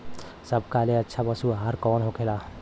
सबका ले अच्छा पशु आहार कवन होखेला?